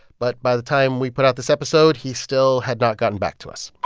but by the time we put out this episode, he still had not gotten back to us